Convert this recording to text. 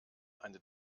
eine